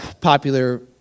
popular